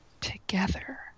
together